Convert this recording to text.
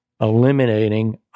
eliminating